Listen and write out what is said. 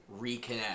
reconnect